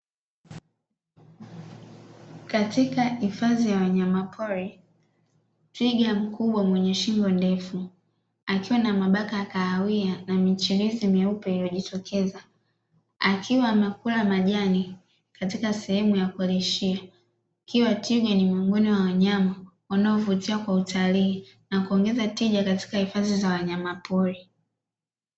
Katika hifadhi ya wanyama pori twiga mkubwa mwenye shingo ndefu akiwa na mabaka ya kahawia na michirizi meupe iliyojitokeza, akiwa anakula majani katika sehemu ya kuwalishia, pia twiga ni miongoni mwa wanyama wanaovutia kwa utalii na kuongeza tija katika hifadhi za wanyamapori.